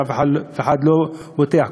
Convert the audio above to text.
ואף אחד לא פותח,